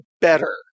better